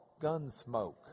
Gunsmoke